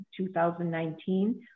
2019